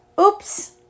Oops